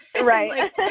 Right